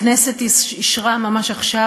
הכנסת אישרה ממש עכשיו,